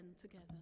together